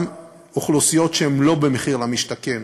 גם אוכלוסיות שלא נכללות במחיר למשתכן,